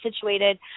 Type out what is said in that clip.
situated